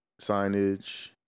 signage